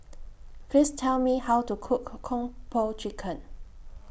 Please Tell Me How to Cook Kung Po Chicken